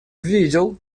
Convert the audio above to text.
видел